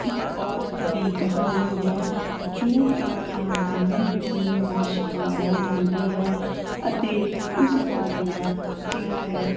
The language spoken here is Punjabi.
ਇੱਕ ਔਰਤ ਦੀ ਕਹਾਣੀ ਹੈ ਜੋ ਕਿ ਖਾਨਦਾਨੀ ਦੁਸ਼ਮਣੀ ਦਾ ਸ਼ਿਕਾਰ ਹੋ ਜਾਂਦੀ ਹੈ ਅਤੇ ਉਸਦਾ ਵਿਆਹ ਜਿਹੜਾ ਹੈ